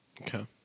Okay